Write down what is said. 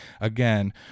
again